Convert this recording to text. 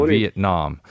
Vietnam